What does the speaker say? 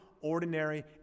ordinary